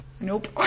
Nope